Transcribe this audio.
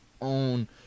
Own